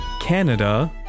Canada